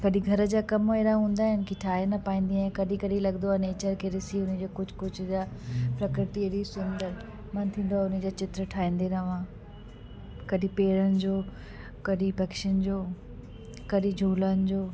कॾहिं घर जा कमि अहिड़ा हूंदा आहिनि की ठाहे न पाईंदी आहियां कॾहिं कॾहिं लॻंदो आहे नेचर खे ॾिसी उन जा कुझु कुझु अहिड़ा प्रकृति अहिड़ी सुंदर मनु थींदो आहे उन जो चित्र ठाहींदी रवां कॾहिं पेड़नि जो कॾहिं पक्षियुनि जो कॾहिं झूलनि जो